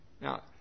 Now